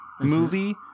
movie